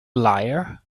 liar